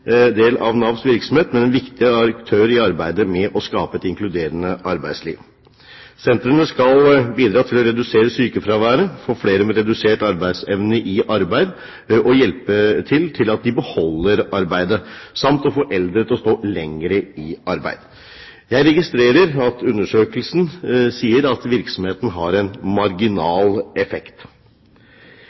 del av Navs virksomhet, men en viktig aktør i arbeidet med å skape et inkluderende arbeidsliv. Sentrene skal bidra til å redusere sykefraværet, få flere med redusert arbeidsevne i arbeid og hjelpe til slik at de beholder arbeidet samt å få eldre til å stå lenger i arbeid. Jeg registrerer at undersøkelsen sier at virksomheten har en marginal effekt.